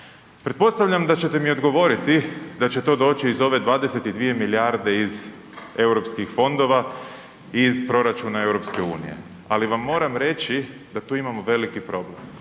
Pretpostavljam da ćete mi odgovoriti da će to doći iz ove 22 milijarde iz Europskih fondova iz proračuna EU, ali vam moram reći da tu imamo veliki problem